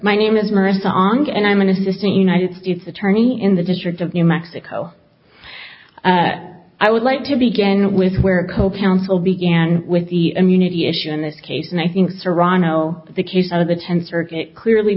my name is maria song and i'm an assistant united states attorney in the district of new mexico i would like to begin with where co counsel began with the immunity issue in this case and i think serrano the case out of the tenth circuit clearly